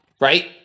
right